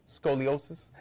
scoliosis